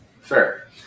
fair